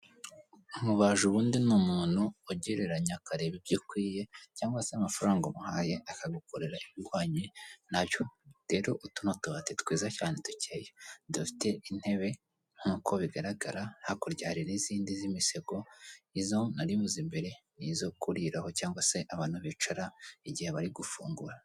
Umubaji ubundi ni umuntu ugereranya akareba ibyo ukwiye cyangwa se amafaranga umuhaye, akagukorera ihwanye nayo. Rero utu ni utubati twiza cyane dukeya, dufite intebe. Nkuko bigaragara hakurya hari n'izindi z'imisego; izo nari mvuze mbere, ni izo kuriraho cyangwa se abantu bicaraho igihe bari gufungura.